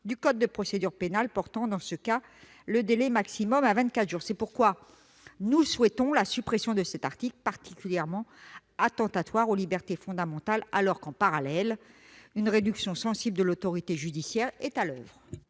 du code de procédure pénale, ce qui porterait dans ce cas le délai maximal à vingt-quatre jours. C'est pourquoi nous souhaitons la suppression de cet article particulièrement attentatoire aux libertés fondamentales, alors que, en parallèle, une réduction sensible de l'autorité judiciaire est à l'oeuvre.